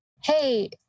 hey